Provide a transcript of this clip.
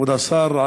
כבוד השר,